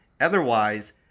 Otherwise